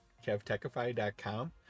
kevtechify.com